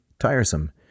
Tiresome